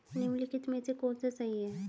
निम्नलिखित में से कौन सा सही है?